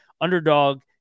Underdog